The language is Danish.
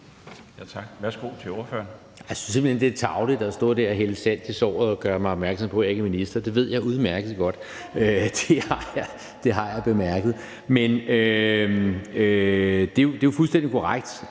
Jan E. Jørgensen (V): Jeg synes simpelt hen, det er tarveligt at stå der og hælde salt i såret og gøre mig opmærksom på, at jeg ikke er minister. Det ved jeg udmærket godt. Det har jeg bemærket. Men det er jo fuldstændig korrekt,